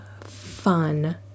fun